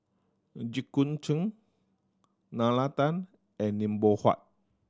Jit Koon Ch'ng Nalla Tan and Lim Loh Huat